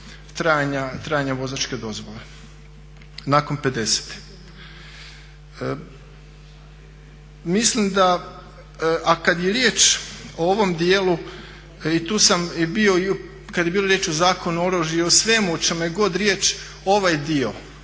trajanja vozačke dozvole nakon 50. Mislim da a kad je riječ o ovom dijelu i tu sam bio kad je bilo riječ o Zakonu o oružju i o svemu o čemu je god riječ, ovaj dio